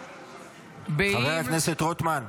חבר הכנסת רוטמן,